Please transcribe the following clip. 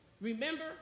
Remember